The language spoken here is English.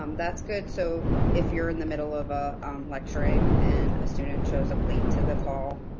um that's good so if you're in the middle of ah um lecturing and a student shows up late to the call,